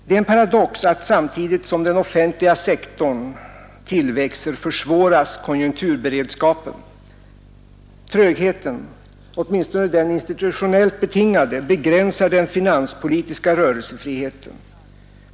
Det är en paradox att samtidigt som den offentliga sektorn tillväxer, försvåras konjunkturberedskapen. Trögheten, åtminstone den institutionellt betingade, begränsar den finanspolitiska rörelsefriheten.